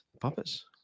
Puppets